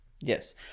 Yes